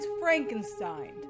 Frankenstein